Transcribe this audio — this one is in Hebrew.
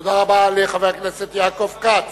תודה רבה לחבר הכנסת יעקב כץ.